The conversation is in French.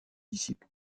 disciple